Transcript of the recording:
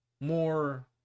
more